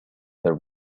there